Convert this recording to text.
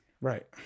Right